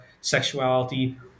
sexuality